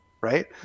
right